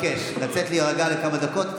אז אני מבקש לצאת להירגע לכמה דקות,